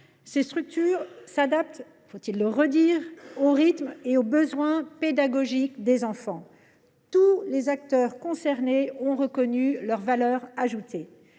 ces structures s’adaptent – faut il le redire ?– aux rythmes et aux besoins pédagogiques des enfants. Tous les acteurs concernés ont reconnu leur valeur ajoutée.